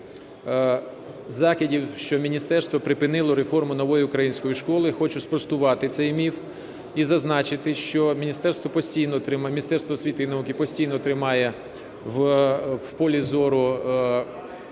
закидів, що міністерство припинило реформу "Нова українська школа". Хочу спростувати цей міф і зазначити, що Міністерство освіти і науки постійно тримає в полі зору